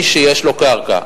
מי שיש לו קרקע,